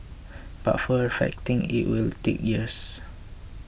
but perfecting it will take years